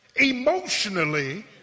emotionally